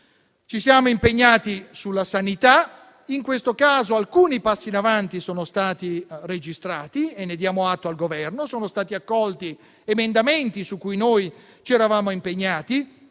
Ci siamo impegnati sulla sanità: in questo caso alcuni passi avanti sono stati registrati e ne diamo atto al Governo. Sono stati accolti emendamenti su cui ci eravamo impegnati: